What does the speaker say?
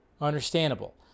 understandable